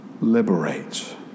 liberates